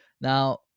now